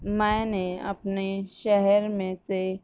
میں نے اپنے شہر میں سے